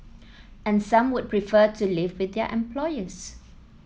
and some would prefer to live with their employers